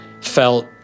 felt